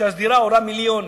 כשהדירה עולה מיליונים,